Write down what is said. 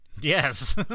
Yes